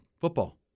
football